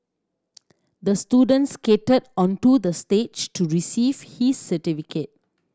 the student skated onto the stage to receive his certificate